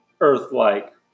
Earth-like